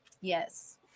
yes